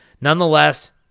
Nonetheless